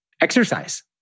exercise